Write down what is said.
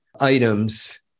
items